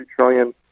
trillion